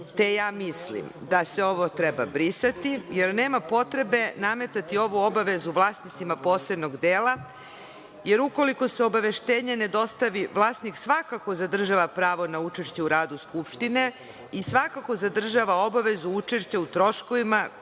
te mislim da se ovo treba brisati, jer nema potrebe nametati ovu obavezu vlasnicima posebnog dela, jer ukoliko se obaveštenje ne dostavi, vlasnik svakako zadržava pravo na učešće u radu Skupštine i svakako zadržava obavezu učešća u troškovima